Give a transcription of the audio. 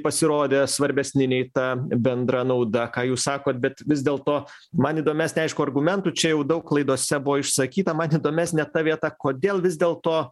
pasirodė svarbesni nei ta bendra nauda ką jūs sakot bet vis dėlto man įdomesnė aišku argumentų čia jau daug laidose buvo išsakyta man įdomesnė ta vieta kodėl vis dėlto